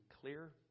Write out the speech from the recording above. clear